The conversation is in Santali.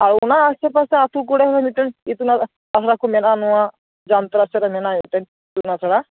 ᱟᱨ ᱚᱱᱟ ᱟᱥᱮ ᱯᱟᱥᱮ ᱟᱹᱛᱩ ᱠᱚᱨᱮ ᱦᱚᱸ ᱢᱤᱫᱴᱟᱝ ᱤᱛᱩᱱ ᱟᱥᱲᱟ ᱠᱚ ᱢᱮᱱᱟᱜᱼᱟ ᱱᱚᱣᱟ ᱡᱟᱢᱛᱚᱲᱟ ᱥᱮᱫᱨᱮ ᱢᱮᱱᱟᱭᱟ ᱢᱮᱫᱴᱮᱱ ᱤᱛᱩᱱ ᱟᱥᱲᱟ